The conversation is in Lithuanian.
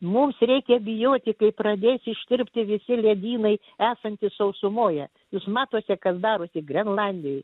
mums reikia bijoti kai pradės ištirpti visi ledynai esantys sausumoje jūs matote kas darosi grenlandijoje